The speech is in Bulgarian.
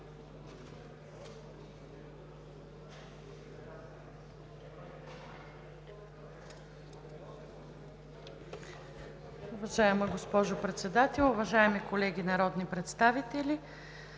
Уважаема госпожо Председател, уважаеми колеги народни представители!